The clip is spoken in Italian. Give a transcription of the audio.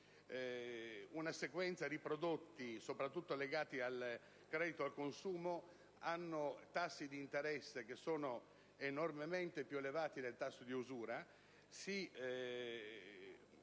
Numerosi prodotti, soprattutto legati al credito al consumo, hanno tassi di interesse enormemente più elevati del tasso di usura;